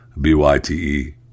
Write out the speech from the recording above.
B-Y-T-E